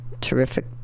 terrific